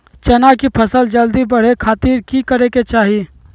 चना की फसल जल्दी बड़े खातिर की करे के चाही?